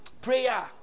Prayer